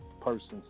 persons